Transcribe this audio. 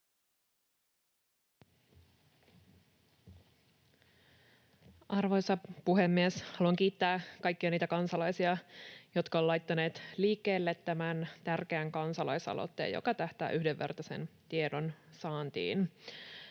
Arvoisa puhemies! Haluan kiittää kaikkia niitä kansalaisia, jotka ovat laittaneet liikkeelle tämän tärkeän kansalaisaloitteen, joka tähtää yhdenvertaiseen tiedonsaantiin.